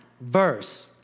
verse